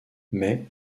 mais